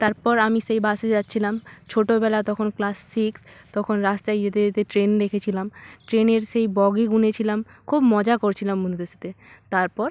তারপর আমি সেই বাসে যাচ্ছিলাম ছোটোবেলায় তখন ক্লাস সিক্স তখন রাস্তায় যেতে যেতে ট্রেন দেখেছিলাম ট্রেনের সেই বগি গুনেছিলাম খুব মজা করছিলাম বন্ধুদের সাথে তারপর